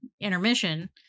intermission